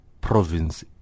province